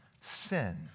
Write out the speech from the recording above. sin